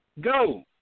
Go